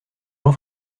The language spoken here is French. jean